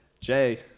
Jay